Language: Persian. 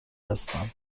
هستند